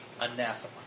anathema